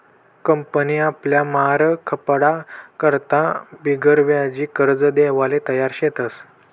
company आपला माल खपाडा करता बिगरव्याजी कर्ज देवाले तयार शेतस